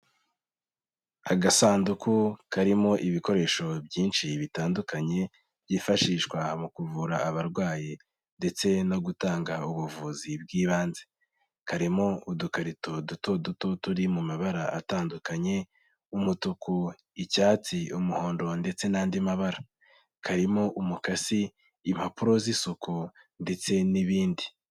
Agasanduku karimo ibikoresho byinshi bitandukanye byifashishwa mu kuvura abarwayi, ndetse no gutanga ubuvuzi bw'ibanze. Karimo udukarito duto duto turi mu mabara atandukanye: umutuku, icyatsi, umuhondo ndetse n'andi mabara. Karimo umukasi, impapuro z'isuku ndetse n'ibindi.